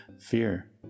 fear